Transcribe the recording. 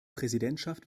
präsidentschaft